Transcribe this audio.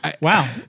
Wow